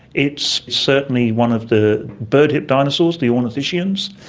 it's certainly one of the bird-hipped dinosaurs, the ornithischians.